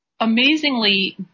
amazingly